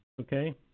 okay